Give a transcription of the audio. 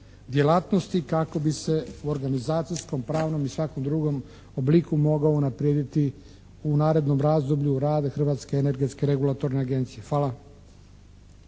djelatnosti kako bi se organizacijskom, pravnom i svakom drugom obliku mogao unaprijediti u narednom razdoblju rad Hrvatske energetske regulatorne agencije. Hvala.